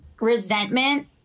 resentment